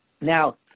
Now